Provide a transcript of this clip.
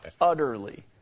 utterly